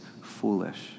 foolish